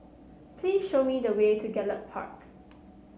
please show me the way to Gallop Park